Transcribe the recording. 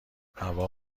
هوا